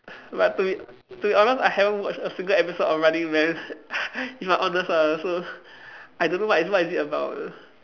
but to be to be honest I haven't watch a single episode of running man if I'm honest ah so I don't know what is it what is it about